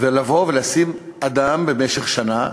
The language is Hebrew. ולבוא ולשים אדם למשך שנה,